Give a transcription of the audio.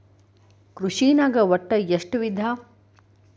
ಕೃಷಿನಾಗ್ ಒಟ್ಟ ಎಷ್ಟ ವಿಧ?